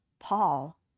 Paul